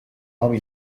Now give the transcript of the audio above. nova